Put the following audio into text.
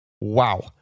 Wow